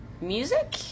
music